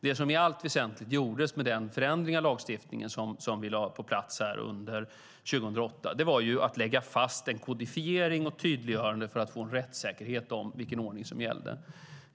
Det som i allt väsentligt gjordes med den förändring av lagstiftningen som vi lade på plats under 2008 var att det lades fast en kodifiering och ett tydliggörande för att få en rättssäkerhet i fråga om vilken ordning som gällde.